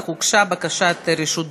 אך הוגשה בקשת רשות דיבור.